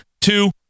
two